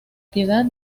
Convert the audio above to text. piedad